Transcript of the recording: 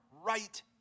right